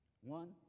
One